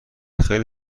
خیلی